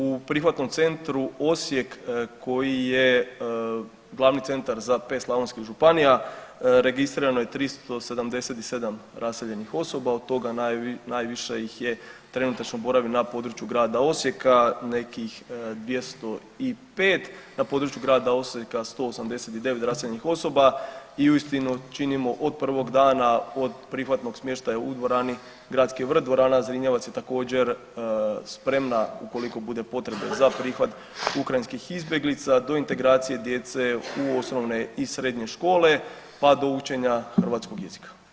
U prihvatnom centru Osijek koji je glavni centar za 5 slavonskih županija registrirano je 377 raseljenih osoba, od toga najviše ih je trenutačno boravi na području grada Osijeka nekih 205, na području grada Osijeka 189 raseljenih osoba i uistinu činimo od prvog dana od prihvatnog smještaja u Dvorani gradski vrt, Dvorana Zrinjevac je također spremna ukoliko bude potrebe za prihvat ukrajinskih izbjeglica, do integracije djece u osnovne i srednje škole, pa do učenja hrvatskog jezika.